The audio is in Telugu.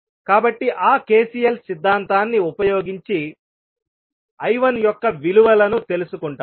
కాబట్టి ఆ కెసిఎల్ సిద్ధాంతాన్ని ఉపయోగించి I1 యొక్క విలువలను తెలుసుకుంటాము